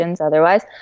otherwise